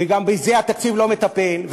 וגם בזה התקציב לא מטפל.